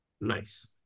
Nice